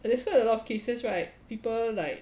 balestier a lot of cases right people like